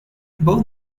both